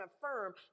affirm